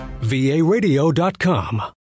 varadio.com